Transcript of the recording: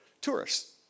tourists